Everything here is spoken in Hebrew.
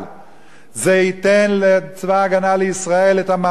זה ייתן לצבא-הגנה לישראל את המעמד המכובד,